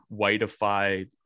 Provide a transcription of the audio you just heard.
whiteify